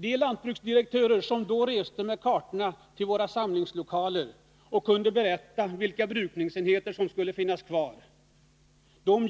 De lantbruksdirektörer som då reste med kartor till våra samlingslokaler och berättade vilka brukningsenheter som skulle finnas kvar